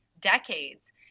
decades